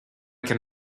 can